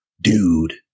Dude